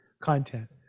content